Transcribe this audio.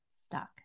stuck